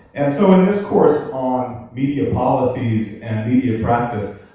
and so in this course on media policies and media practice,